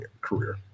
career